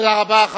תודה רבה.